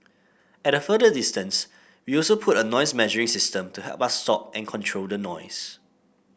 at a further distance we also put a noise measuring system to help us stop and control the noise